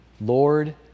Lord